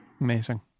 amazing